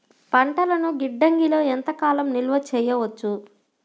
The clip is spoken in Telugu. పంటలను గిడ్డంగిలలో ఎంత కాలం నిలవ చెయ్యవచ్చు?